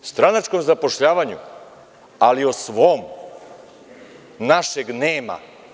Stranačkom zapošljavanju, ali o svom, našeg nema.